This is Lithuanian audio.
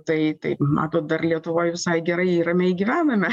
tai taip matot dar lietuvoj visai gerai ir ramiai gyvename